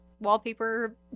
wallpaper